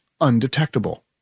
undetectable